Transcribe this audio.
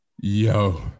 yo